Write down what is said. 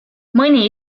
mõni